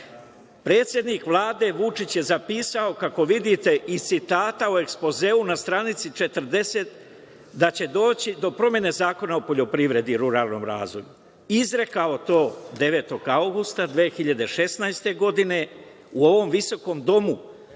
Predsednik Vlade Vučić je zapisao, kako vidite iz citata u ekspozeu na stranici 40, da će doći do promene Zakona o poljoprivredi i ruralnom razvoju i izrekao to 9. avgusta 2016. godine u ovom visokom domu,